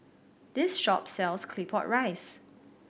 this shop sells Claypot Rice